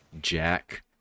Jack